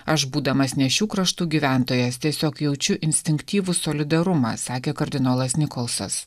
aš būdamas ne šių kraštų gyventojas tiesiog jaučiu instinktyvų solidarumą sakė kardinolas nikolsonas